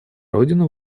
родину